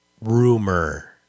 rumor